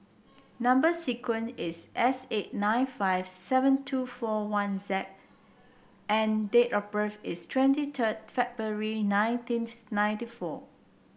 number sequence is S eight nine five seven two four one X and date of birth is twenty third February nineteen ninety four